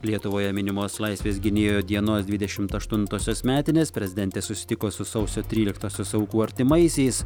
lietuvoje minimos laisvės gynėjų dienos dvidešimt aštuntosios metinės prezidentė susitiko su sausio tryliktosios aukų artimaisiais